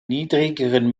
niedrigeren